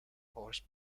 horse